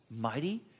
mighty